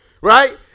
Right